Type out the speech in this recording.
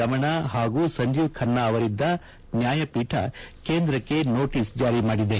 ರಮಣ ಹಾಗೂ ಸಂಜೀವ್ ಖನ್ನಾ ಅವರಿದ್ದ ನ್ಯಾಯಪೀಠ ಕೇಂದ್ರಕ್ಕೆ ನೋಟೀಸ್ ಜಾರಿ ಮಾಡಿದೆ